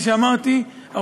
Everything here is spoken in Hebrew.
כפי שאמרתי,